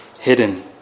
hidden